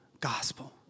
gospel